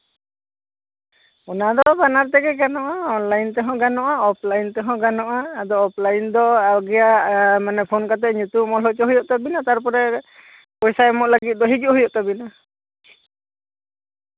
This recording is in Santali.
ᱚᱱᱟ ᱫᱚ ᱵᱟᱱᱟᱨ ᱛᱮᱜᱮ ᱜᱟᱱᱚᱜᱼᱟ ᱚᱱᱞᱟᱭᱤᱱ ᱛᱮᱦᱚᱸ ᱜᱟᱱᱚᱜᱼᱟ ᱚᱯᱷᱞᱟᱭᱤᱱ ᱛᱮᱦᱚᱸ ᱜᱟᱱᱚᱜᱼᱟ ᱟᱫᱚ ᱚᱯᱷᱞᱟᱭᱤᱱᱜᱮ ᱢᱟᱱᱮ ᱯᱷᱳᱱ ᱠᱟᱛᱮᱜ ᱧᱩᱛᱩᱢ ᱚᱞ ᱦᱚᱪᱚ ᱦᱩᱭᱩᱜ ᱛᱟᱵᱤᱱᱟ ᱛᱟᱨᱯᱚᱨᱮ ᱯᱚᱭᱥᱟ ᱮᱢᱚᱜ ᱞᱟᱹᱜᱤᱫ ᱫᱚ ᱦᱤᱡᱩᱜ ᱦᱩᱭᱩᱜ ᱛᱟᱵᱤᱱᱟ